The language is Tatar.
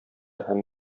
һәм